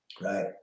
right